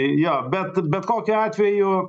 jo bet bet kokiu atveju